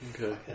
Okay